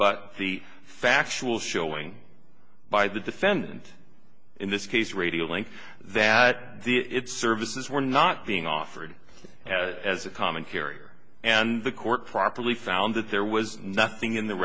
rebut the factual showing by the defendant in this case radio link that the services were not being offered as a common carrier and the court properly found that there was nothing in the